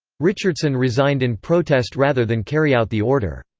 richardson resigned in protest rather than carry out the order.